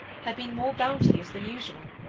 had been more bounteous than usual,